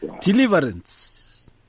deliverance